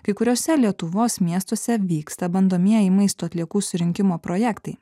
kai kuriuose lietuvos miestuose vyksta bandomieji maisto atliekų surinkimo projektai